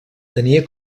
tenia